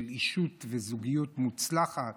של אישות וזוגיות מוצלחת.